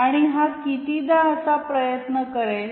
आणि हा कितीदा असा प्रयत्न करेल